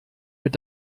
mit